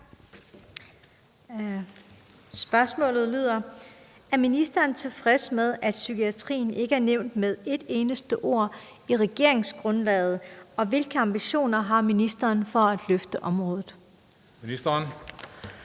Akdogan (S): Er ministeren tilfreds med, at psykiatrien ikke er nævnt med et eneste ord i regeringsgrundlaget, og hvilke ambitioner har ministeren for at løfte området? Tredje